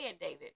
David